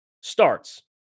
starts